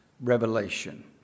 revelation